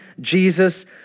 Jesus